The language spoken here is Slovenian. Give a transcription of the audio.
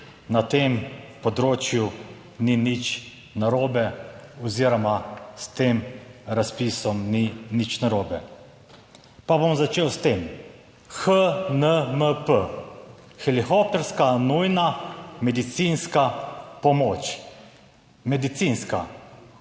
na tem področju ni nič narobe oziroma s tem razpisom ni nič narobe. Pa bom začel s tem. HNMP, helikopterska nujna medicinska pomoč. Medicinska.